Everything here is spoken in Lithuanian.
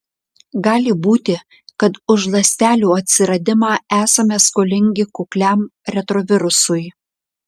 gali būti kad už ląstelių atsiradimą esame skolingi kukliam retrovirusui